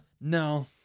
No